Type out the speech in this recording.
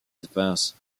défense